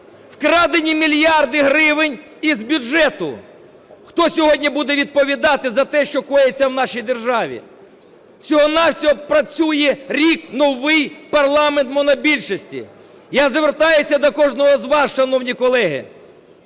Вкрадені мільярди гривень із бюджету. Хто сьогодні буде відповідати за те, що коїться в нашій державі? Всього-на-всього працює рік новий парламент монобільшості. Я звертаюся до кожного з вас, шановні колеги,